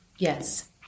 Yes